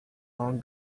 long